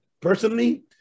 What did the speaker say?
personally